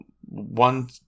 one